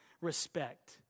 respect